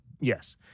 Yes